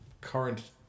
current